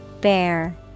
Bear